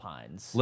Pines